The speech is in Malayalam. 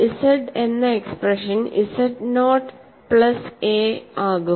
z എന്ന expression z not plus A ആകും